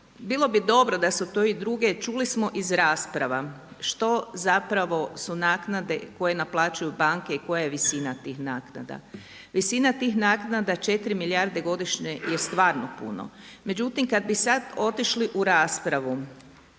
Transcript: bilo bi dobro da su to i druge, čuli smo iz rasprava što zapravo su naknade koje naplaćuju banke i koja je visina tih naknada. Visina naknada 4 milijarde godišnje je stvarno puno. Međutim, kad bi sad otišli u raspravu